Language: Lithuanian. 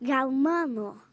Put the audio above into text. gal mano